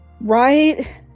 Right